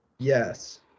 yes